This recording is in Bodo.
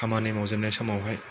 खामानि मावजेननाय समावहाय